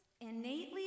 innately